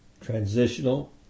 Transitional